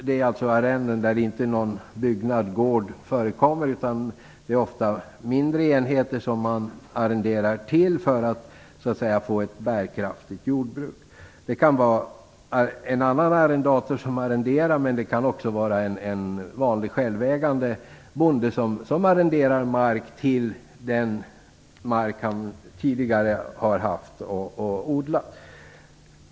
Det är alltså arrenden där det inte ingår någon byggnad eller gård, utan där det ofta är mindre enheter som arrenderas vid sidan av, för att få ett bärkraftigt jordbruk. Det kan vara en annan arrendator som arrenderar, men det kan också vara en vanlig självägande bonde som arrenderar mark vid sidan av den mark som han tidigare har haft och odlat.